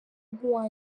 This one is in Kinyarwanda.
nk’uwa